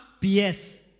P's